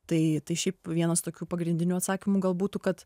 tai tai šiaip vienas tokių pagrindinių atsakymų gal būtų kad